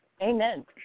Amen